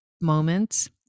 moments